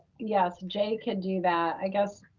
yes, jay could do that. i guess